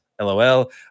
LOL